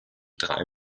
drei